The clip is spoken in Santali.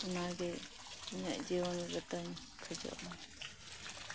ᱚᱱᱟ ᱜᱮ ᱤᱧᱟᱜ ᱡᱤᱭᱚᱱ ᱨᱮᱫᱩᱧ ᱠᱷᱚᱡᱚᱜᱼᱟ